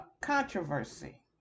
controversy